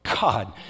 God